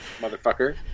motherfucker